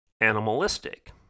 animalistic